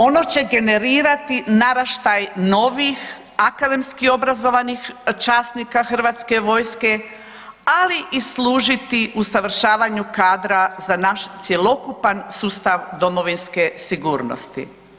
Ono će generirati naraštaj novih akademski obrazovanih časnika HV-a, ali i služiti usavršavanju kadra za naš cjelokupan sustav domovinske sigurnosti.